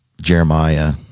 Jeremiah